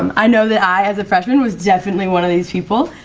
um i know that i, as a freshman, was definitely one of these people.